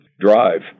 drive